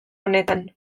honetan